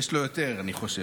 יש לו יותר, אני חושב.